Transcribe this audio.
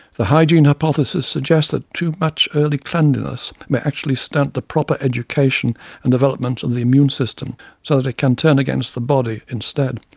the hygiene hypothesis suggests that too much early cleanliness may actually stunt the proper education and development of the immune system so that it can turn against the body instead.